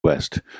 West